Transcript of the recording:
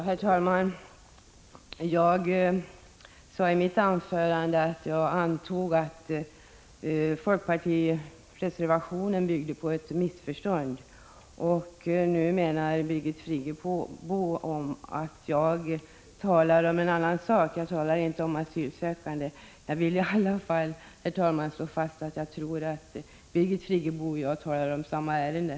Herr talman! Jag sade i mitt anförande att jag antog att folkpartireservationen bygger på ett missförstånd. Nu menar Birgit Friggebo att jag talar om en annan sak, dvs. att jag inte skulle tala om asylsökande. Jag vill ändå, herr talman, slå fast att jag tror att Birgit Friggebo och jag talar om samma ärende.